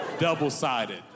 Double-sided